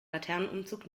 laternenumzug